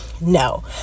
No